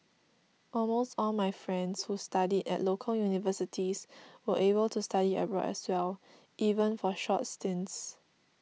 almost all my friends who studied at local universities were able to study abroad as well even for short stints